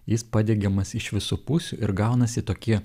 jis padengiamas iš visų pusių ir gaunasi tokie